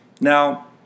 Now